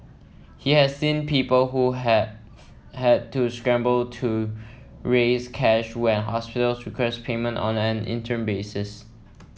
he has seen people who have had to scramble to raise cash when hospitals request payment on an interim basis